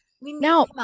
now